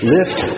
Lift